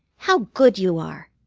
how good you are!